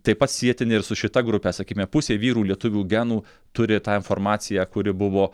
taip pat sietini ir su šita grupe sakykime pusė vyrų lietuvių genų turi tą informaciją kuri buvo